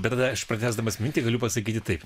bet tada aš pratęsdamas mintį galiu pasakyti taip